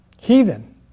heathen